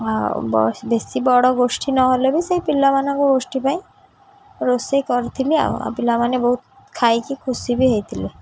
ଆଉ ବେଶୀ ବଡ଼ ଗୋଷ୍ଠୀ ନହେଲେ ବି ସେଇ ପିଲାମାନଙ୍କ ଗୋଷ୍ଠୀ ପାଇଁ ରୋଷେଇ କରିଥିଲି ଆଉ ଆଉ ପିଲାମାନେ ବହୁତ ଖାଇକି ଖୁସି ବି ହେଇଥିଲେ